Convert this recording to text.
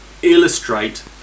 illustrate